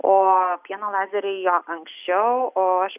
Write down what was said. o pieno lazeriai jo anksčiau o aš